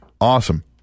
Awesome